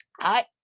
I-